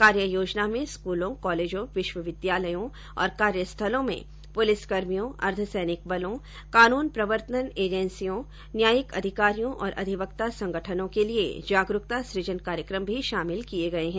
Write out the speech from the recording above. कार्ययोजना में स्कूलों कॉलेजों विश्वविद्यालयों और कार्यस्थलों में पुलिसकर्मियों अर्धसैनिक बलों कानून प्रवर्तन एजेंसियों न्यायिक अधिकारियों और अधिवक्ता संगठनों के लिए जागरूकता सुजन कार्यक्रम भी शामिल किए गए हैं